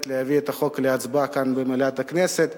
להביא את החוק להצבעה כאן במליאת הכנסת.